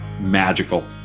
magical